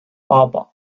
papa